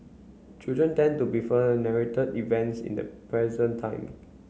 children tend to refer to narrated events in the present time